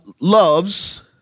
loves